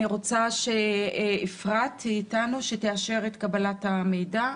אני רוצה שהיא תאשר את קבלת המידע.